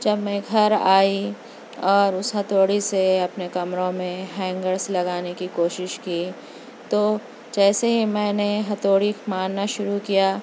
جب میں گھر آئی اور اُس ہتھوڑی سے اپنے کمروں میں ہینگرس لگانے کی کوشش کی تو جیسے ہی میں نے ہتھوڑی مارنا شروع کیا